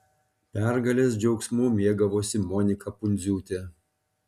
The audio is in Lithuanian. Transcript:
pergalės džiaugsmu mėgavosi monika pundziūtė